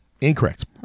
Incorrect